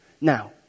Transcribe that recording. Now